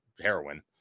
heroin